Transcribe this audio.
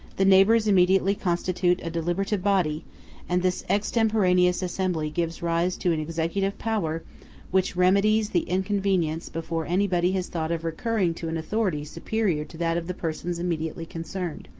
the neighbors immediately constitute a deliberative body and this extemporaneous assembly gives rise to an executive power which remedies the inconvenience before anybody has thought of recurring to an authority superior to that of the persons immediately concerned.